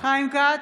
חיים כץ,